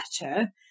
better